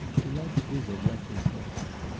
delight's visit left her thoughtful.